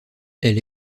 elle